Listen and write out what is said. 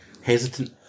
Hesitant